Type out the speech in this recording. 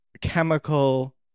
chemical